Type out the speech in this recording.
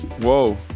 Whoa